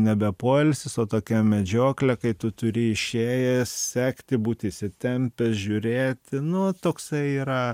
nebe poilsis o tokia medžioklė kai tu turi išėjęs sekti būti įsitempęs žiūrėti no toksai yra